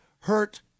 hurt